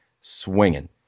swinging